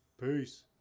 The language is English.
Peace